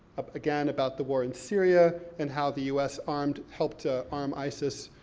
again, about the war in syria, and how the u s. armed helped ah arm isis,